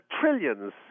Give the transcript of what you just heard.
trillions